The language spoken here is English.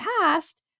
past